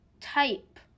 type